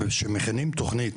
שמכינים תוכנית.